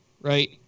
right